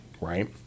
right